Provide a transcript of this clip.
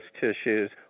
tissues